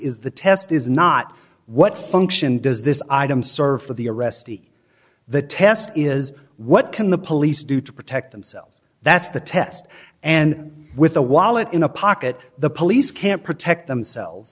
is the test is not what function does this item serve for the arrestee the test is what can the police do to protect themselves that's the test and with the wallet in a pocket the police can't protect themselves